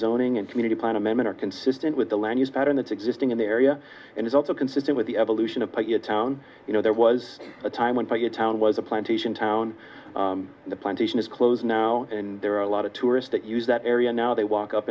zoning and community plan i'm in are consistent with the land use pattern that's existing in the area and is also consistent with the evolution of your town you know there was a time when your town was a plantation town the plantation is closed now and there are a lot of tourists that use that area now they walk up